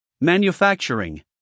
Manufacturing